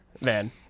man